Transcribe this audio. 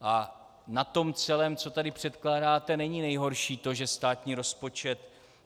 A na tom celém, co tady předkládáte, není nejhorší to, že státní rozpočet